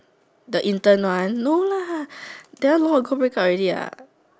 the intern one no lah that one long ago breakup already lah